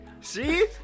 See